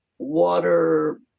water